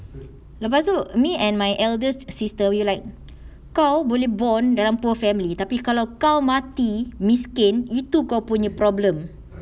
lepas tu me and my eldest sister we're like kau boleh born dalam poor family tapi kalau kau mati miskin itu kau punya problem